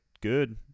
good